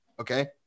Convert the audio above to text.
Okay